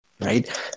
Right